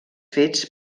fets